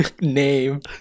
name